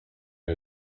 and